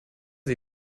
sie